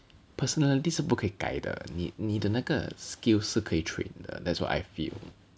personality 是不可以改的你你的那个 skills 是可以 trait 的 that's what I feel